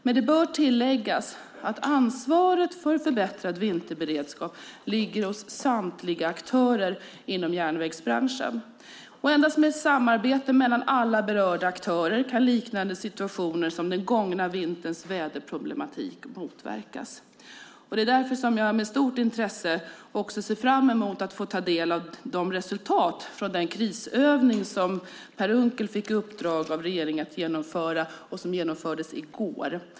Men det bör tilläggas att ansvaret för förbättrad vinterberedskap ligger hos samtliga aktörer inom järnvägsbranschen. Endast med ett samarbete mellan alla berörda aktörer kan liknande situationer som den gångna vinterns väderproblematik motverkas. Det är därför med stort intresse som jag ser fram mot att få ta del av resultatet från den krisövning som Per Unckel fick i uppdrag av regeringen att genomföra i går.